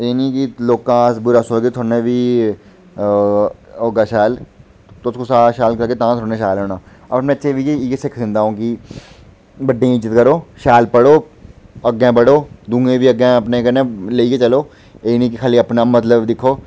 एह् नेईं कि लोका दा अस बुरा सोचगे ते थुआढ़े कन्नै बी होगा शैल तुस कुसै दा शैल करगे तां थुआढ़े कन्ने शैल होना अ'ऊं बच्चे गी बी इ'यै सिक्ख दिंदा कि बड़े दी इज्जत करो ते शैल पढ़ो अग्गें बढ़ो दुए गी अपने कन्नेैअग्गें लेइयै चलो एह् नेईं खाल्ली अपना मतलब दिक्खो